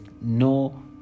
no